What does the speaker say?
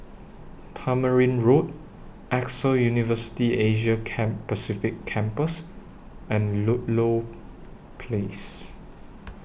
Tamarind Road AXA University Asia Pacific Campus and Ludlow Place